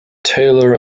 taylor